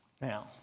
Now